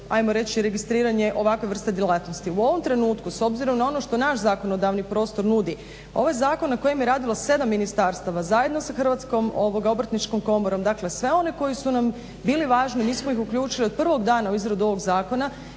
ajmo reći registriranje ovakve vrste djelatnosti. U ovom trenutku s obzirom na ono što naš zakonodavni prostor nudi, ovo je zakon na kojem je radilo 7 ministarstava zajedno sa Hrvatskom obrtničkom komorom. Dakle sve one koji su nam bili važni mi smo ih uključili od prvog dana u izradu ovog zakona